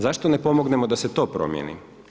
Zašto ne pomognemo da se to promjeni?